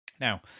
Now